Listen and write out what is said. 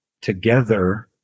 together